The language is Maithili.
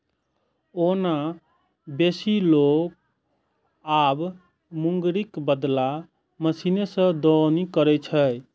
ओना बेसी लोक आब मूंगरीक बदला मशीने सं दौनी करै छै